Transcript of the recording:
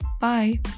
Bye